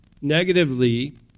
negatively